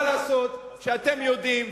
מה לעשות שאתם יודעים,